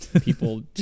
people